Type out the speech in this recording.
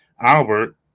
Albert